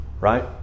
Right